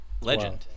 Legend